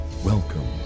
Welcome